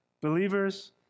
Believers